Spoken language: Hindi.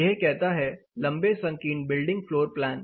यह कहता है लंबे संकीर्ण बिल्डिंग फ्लोर प्लान